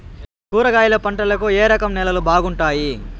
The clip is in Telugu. కూరగాయల పంటలకు ఏ రకం నేలలు బాగుంటాయి?